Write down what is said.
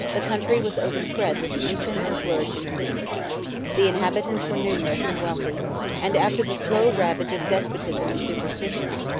the country was overspread with ancient and flourishing cities the inhabitants were numerous and wealthy and, after the slow ravage of despotism and superstition,